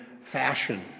fashion